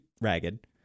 ragged